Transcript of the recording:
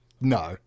No